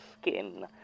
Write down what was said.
skin